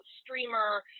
streamer